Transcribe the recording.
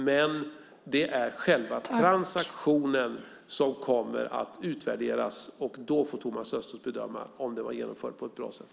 Men det är själva transaktionen som kommer att utvärderas. Då kommer Thomas Östros att kunna bedöma om den var genomförd på ett bra sätt.